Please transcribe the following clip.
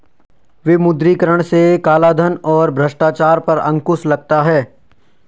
विमुद्रीकरण से कालाधन और भ्रष्टाचार पर अंकुश लगता हैं